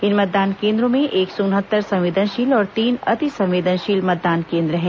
इन मतदान केंद्रों में एक सौ उनहत्तर संवेदनशील और तीन अतिसंवेदनशील मतदान केंद्र हैं